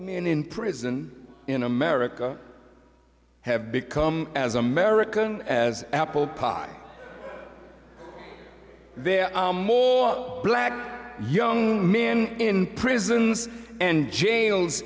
and in prison in america have become as american as apple pie there are more black young men in prisons and jails